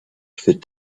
food